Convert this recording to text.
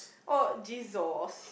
oh Jesus